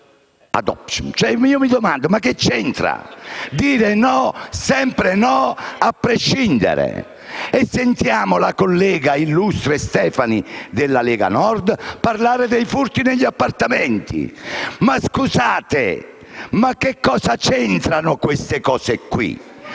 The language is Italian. adoption*. Mi domando: che c'entra? Dire no, sempre e a prescindere! E sentiamo l'illustre collega Stefani, della Lega Nord, parlare dei furti negli appartamenti. Ma scusate, che cosa c'entrano queste cose qui?